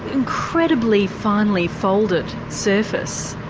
incredibly finely folded surface.